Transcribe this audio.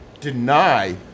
deny